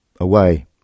away